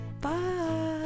bye